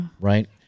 right